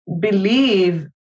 believe